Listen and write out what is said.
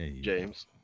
James